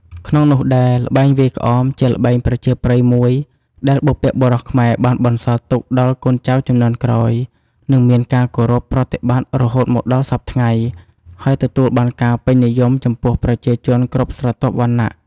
ក្នុងនោះដែរ ល្បែងវាយក្អមជាល្បែងប្រជាប្រិយមួយ ដែលបុរព្វបុរសខ្មែរបានបន្សល់ទុកដល់កូនចៅជំនាន់ក្រោយ និងមានការគោរពប្រតិបត្តិរហូតមកដល់សព្វថ្ងៃ ហើយទទួលបានការពេញនិយមចំពោះប្រជាជនគ្រប់ស្រទាប់វណ្ណៈ។